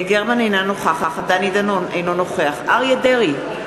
אינה נוכחת דני דנון, אינו נוכח אריה דרעי,